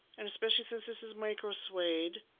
and, especially since this is microsuede,